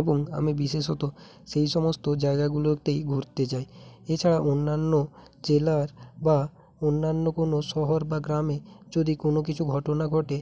এবং আমি বিশেষত সেই সমস্ত জায়গাগুলোতেই ঘুরতে যাই এছাড়া অন্যান্য জেলার বা অন্যান্য কোনো শহর বা গ্রামে যদি কোনো কিছু ঘটনা ঘটে